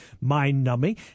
mind-numbing